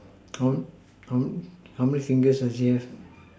how how how many fingers does she have